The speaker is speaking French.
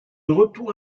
retour